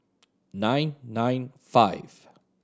nine nine five